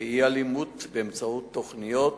ואי-אלימות באמצעות תוכניות